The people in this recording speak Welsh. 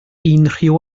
unrhyw